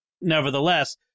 nevertheless